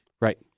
Right